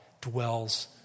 dwells